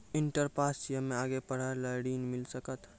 Inter pass छी हम्मे आगे पढ़े ला ऋण मिल सकत?